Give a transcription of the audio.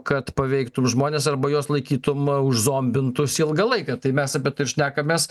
kad paveiktum žmones arba juos laikytum užzombintus ilgą laiką tai mes apie šnekamės